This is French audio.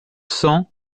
sang